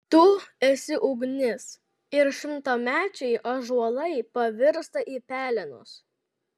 tu esi ugnis ir šimtamečiai ąžuolai pavirsta į pelenus